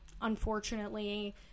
unfortunately